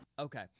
Okay